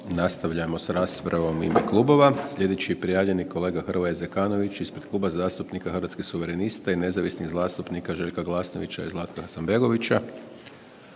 Nastavljamo s radom u ime klubova. Slijedeći prijavljeni kolega Hrvoje Zekanović, ispred Kluba zastupnika Hrvatskih suverenista i nezavisnih Željka Glasnovića i Zlatka Hasanbegovića.